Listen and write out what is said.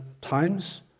times